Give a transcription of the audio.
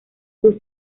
sus